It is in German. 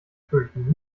fürchten